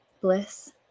bliss